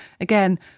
again